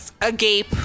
agape